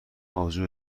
آبجو